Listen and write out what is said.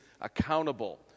accountable